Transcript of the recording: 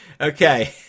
Okay